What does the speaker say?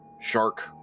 shark